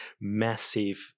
massive